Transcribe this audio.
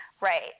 right